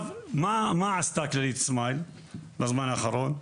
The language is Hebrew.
מה עשתה כללית סמייל בזמן האחרון?